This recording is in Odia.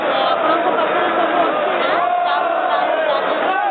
ଯେ ଆପଣଙ୍କ ପାଖରେ ସବୁ ଅଛି ନା ଚାଉଳ ଡାଲି